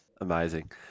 Amazing